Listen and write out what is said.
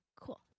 Cool